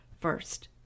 first